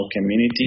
community